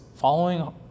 Following